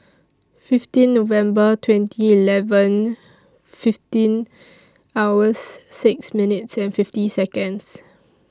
fifteen November twenty eleven fifteen hours six minutes and fifty Seconds